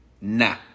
Nah